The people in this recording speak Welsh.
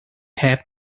heb